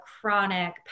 chronic